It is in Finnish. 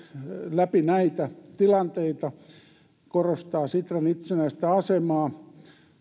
läpi näitä tilanteita ja korostaa sitran itsenäistä asemaa